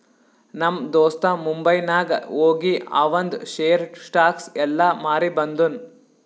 ನಮ್ ದೋಸ್ತ ಮುಂಬೈನಾಗ್ ಹೋಗಿ ಆವಂದ್ ಶೇರ್, ಸ್ಟಾಕ್ಸ್ ಎಲ್ಲಾ ಮಾರಿ ಬಂದುನ್